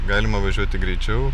galima važiuoti greičiau